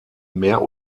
mehr